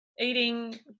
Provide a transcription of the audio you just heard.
eating